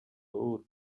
өөр